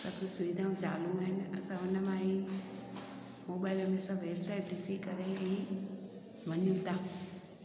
सभु सुविधाऊं चालू आहिनि असां हुन मां ई मोबाइल में सभु असां वैबसाइट ॾिसी करे ई वञूं था